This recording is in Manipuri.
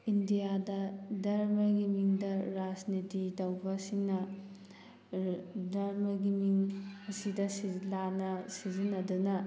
ꯏꯟꯗꯤꯌꯥꯗ ꯗꯔꯃꯒꯤ ꯃꯤꯡꯗ ꯔꯥꯖꯅꯤꯇꯤ ꯇꯧꯕꯁꯤꯡꯅ ꯗꯔꯃꯒꯤ ꯃꯤꯡ ꯑꯁꯤꯗ ꯂꯥꯟꯅ ꯁꯤꯖꯤꯟꯅꯗꯨꯅ